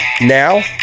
Now